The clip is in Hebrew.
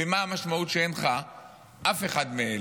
ומה המשמעות כשאין לך אף אחד מאלה.